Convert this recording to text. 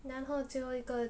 然后最后一个